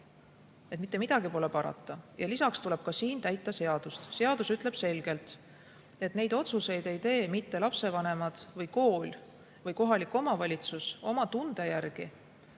Mitte midagi pole parata. Lisaks tuleb siingi täita seadust. Seadus ütleb selgelt, et neid otsuseid ei tee mitte lapsevanemad või kool või kohalik omavalitsus oma tunde järgi,